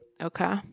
Okay